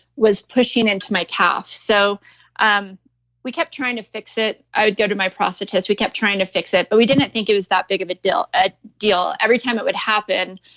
was pushing into my calf. so um we kept trying to fix it. i would go to my prosthetist. we kept trying to fix it, but we didn't think it was that big of a deal. ah every time it would happen,